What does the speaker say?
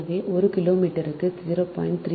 எனவே ஒரு கிலோமீட்டருக்கு 0